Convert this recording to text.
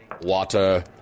water